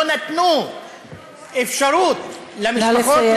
לא נתנו אפשרות למשפחות,